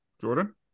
Jordan